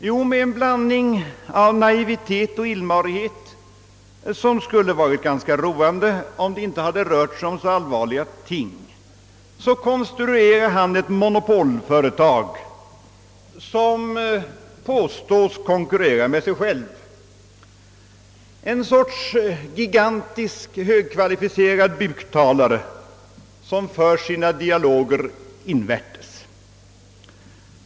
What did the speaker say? Jo, med en blandning av naivitet och illmarighet, som skulle ha varit ganska roande om det inte hade rört sig om så allvarliga ting, konstruerar han ett monopolföretag som påstås konkurrera med sig självt, en sorts gigantisk högkvalificerad buktalare som för sina dialoger invärtes.